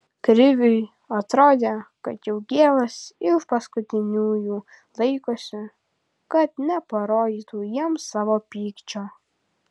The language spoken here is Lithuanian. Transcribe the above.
kriviui atrodė kad jaugėlas iš paskutiniųjų laikosi kad neparodytų jiems savo pykčio